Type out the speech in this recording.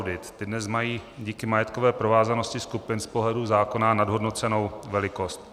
Ty dnes mají díky majetkové provázanosti skupin z pohledu zákona nadhodnocenou velikost.